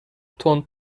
تند